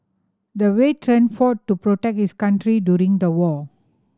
the veteran fought to protect his country during the war